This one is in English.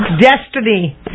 destiny